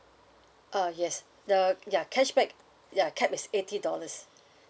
uh yes the ya cashback ya cap is eighty dollars